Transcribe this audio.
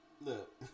look